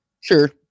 Sure